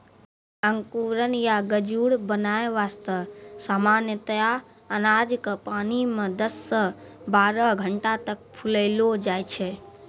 अंकुरण या गजूर बनाय वास्तॅ सामान्यतया अनाज क पानी मॅ दस सॅ बारह घंटा तक फुलैलो जाय छै